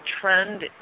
trend